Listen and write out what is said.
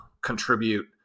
contribute